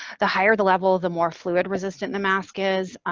the higher the level, the more fluid resistant the mask is,